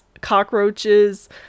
cockroaches